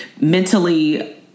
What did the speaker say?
mentally